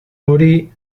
hori